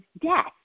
death